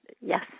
yes